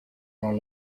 all